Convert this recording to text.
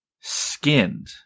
skinned